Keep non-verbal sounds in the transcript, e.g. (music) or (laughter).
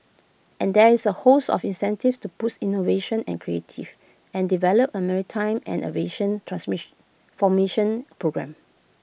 and there is A host of incentives to boost innovation and creative and develop A maritime and aviation (unintelligible) formation programme